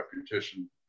reputation